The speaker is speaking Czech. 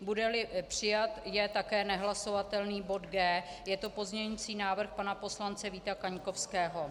Budeli přijat, je také nehlasovatelný bod G. Je to pozměňující návrh pana poslance Víta Kaňkovského.